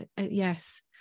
Yes